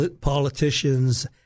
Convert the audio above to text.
politicians